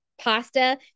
pasta